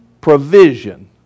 provision